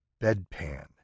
bedpan